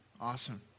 Awesome